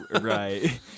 Right